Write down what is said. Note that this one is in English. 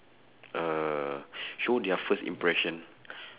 uh show their first impression